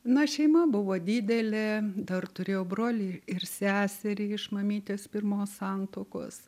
na šeima buvo didelė dar turėjau brolį ir seserį iš mamytės pirmos santuokos